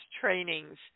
trainings